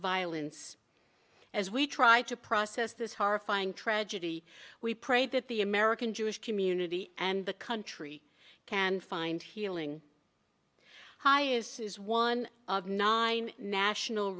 violence as we try to process this horrifying tragedy we pray that the american jewish community and the country can find healing hi is is one of nine national